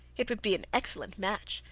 it would be an excellent match,